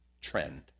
trend